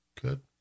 Good